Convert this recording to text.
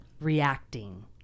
reacting